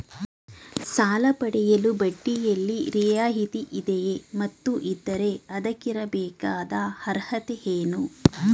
ಸಾಲ ಪಡೆಯಲು ಬಡ್ಡಿಯಲ್ಲಿ ರಿಯಾಯಿತಿ ಇದೆಯೇ ಮತ್ತು ಇದ್ದರೆ ಅದಕ್ಕಿರಬೇಕಾದ ಅರ್ಹತೆ ಏನು?